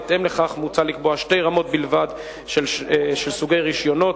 בהתאם לכך מוצע לקבוע שתי רמות בלבד של סוגי רשיונות,